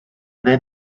then